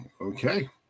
Okay